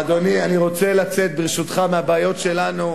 אדוני, אני רוצה לצאת, ברשותך, מהבעיות שלנו.